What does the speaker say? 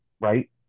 right